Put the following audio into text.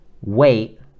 wait